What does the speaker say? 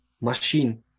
machine